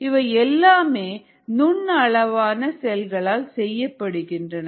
இவை எல்லாமே நுண் அளவான செல்களால் செய்யப்படுகின்றன